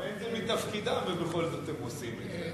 גם אין זה מתפקידם, והם בכל זאת עושים את זה.